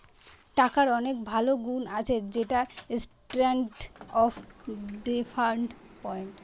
টাকার অনেক ভালো গুন্ আছে যেমন স্ট্যান্ডার্ড অফ ডেফার্ড পেমেন্ট